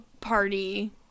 party